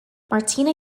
martina